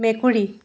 মেকুৰী